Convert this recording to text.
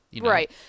Right